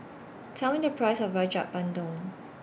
Tell Me The Price of Rojak Bandung